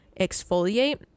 exfoliate